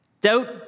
Doubt